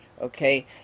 Okay